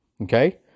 Okay